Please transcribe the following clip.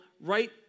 right